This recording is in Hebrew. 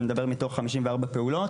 אני מדבר מתוך 54 פעולות.